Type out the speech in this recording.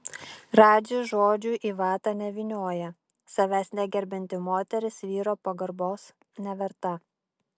radži žodžių į vatą nevynioja savęs negerbianti moteris vyro pagarbos neverta